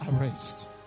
arrest